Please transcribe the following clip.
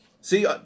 see